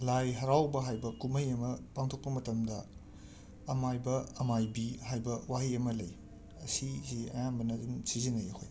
ꯂꯥꯏ ꯍꯔꯥꯎꯕ ꯍꯥꯏꯕ ꯀꯨꯝꯍꯩ ꯑꯃ ꯄꯥꯡꯊꯣꯛꯄ ꯃꯇꯝꯗ ꯑꯃꯥꯏꯕ ꯑꯃꯥꯏꯕꯤ ꯍꯥꯏꯕ ꯋꯥꯍꯩ ꯑꯃ ꯂꯩ ꯑꯁꯤꯖꯤ ꯑꯌꯥꯝꯕꯅ ꯑꯗꯨꯝ ꯁꯤꯖꯤꯟꯅꯩ ꯑꯩꯈꯣꯏ